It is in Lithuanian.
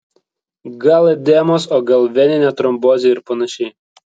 gal edemos o gal veninė trombozė ir panašiai